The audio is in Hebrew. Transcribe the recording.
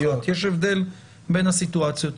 יש הבדל בין הסיטואציות.